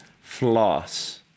floss